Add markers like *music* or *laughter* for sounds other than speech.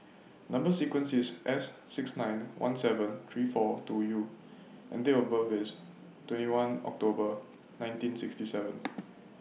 Number sequence IS S six nine one seven three four two U and Date of birth IS twenty one October nineteen sixty seven *noise*